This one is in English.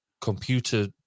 computer